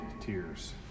tears